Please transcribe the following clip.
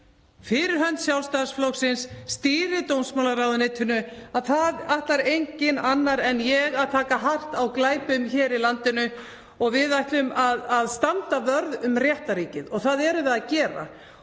fyrir hönd Sjálfstæðisflokksins og stýri dómsmálaráðuneytinu og það ætlar enginn annar en ég að taka hart á glæpum í landinu og við ætlum að standa vörð um réttarríkið. Það erum við að gera.